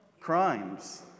crimes